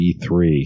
E3